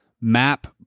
map